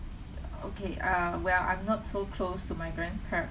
okay uh well I'm not so close to my grandparents